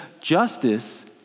justice